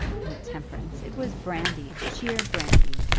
intemperance! it was brandy sheer brandy.